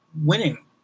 winning